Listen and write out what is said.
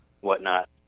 whatnot